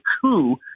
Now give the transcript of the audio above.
coup